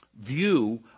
view